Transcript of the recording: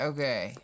Okay